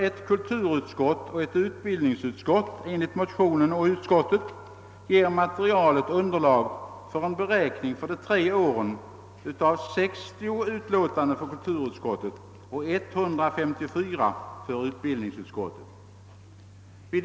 Ett kulturutskott och ett utbildningsutskott enligt motionen och utskottets förslag skulle efter samma statistik avgivit 60 respektive 154 utlåtanden under de tre åren.